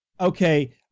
Okay